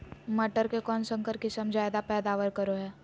मटर के कौन संकर किस्म जायदा पैदावार करो है?